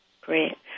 Great